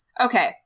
Okay